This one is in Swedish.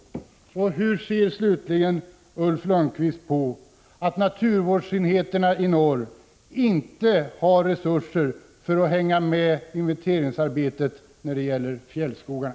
Hur ser slutligen Ulf Lönnqvist på att naturvårdsenheterna i norr inte har resurser för att hänga med i inventeringsarbetet med fjällskogarna?